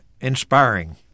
inspiring